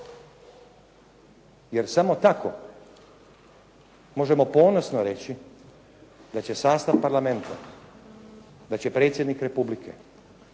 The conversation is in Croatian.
Jer samo tako možemo ponosno reći da će sastav Parlamenta, da će Predsjednik Republike